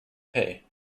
pay